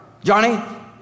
Johnny